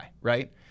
Right